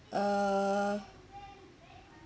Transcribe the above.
uh